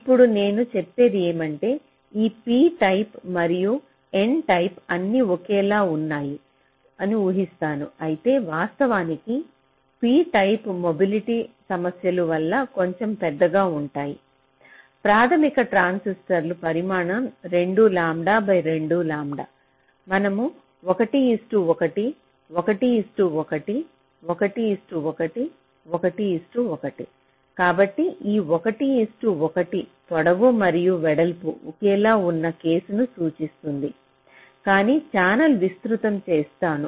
ఇప్పుడు నేను చెప్పేది ఏమంటే ఈ P టైప్ మరియు N టైప్ అన్నీ ఒకేలా ఉన్నాయి ఊహిస్తాను అయితే వాస్తవానికి P టైప్ మొబిలిటీ సమస్యల వల్ల కొంచెం పెద్దగా ఉంటుంది ప్రాథమిక ట్రాన్సిస్టర్ పరిమాణం 2 లాంబ్డా బై 2 లాంబ్డా మనం 1 1 1 1 1 1 1 1 కాబట్టి ఈ 1 1 పొడవు మరియు వెడల్పు ఒకేలా ఉన్న కేసును సూచిస్తుంది కాని ఛానెల్ విస్తృతం చేస్తాను